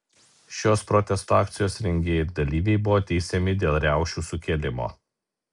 šios protesto akcijos rengėjai ir dalyviai buvo teisiami dėl riaušių sukėlimo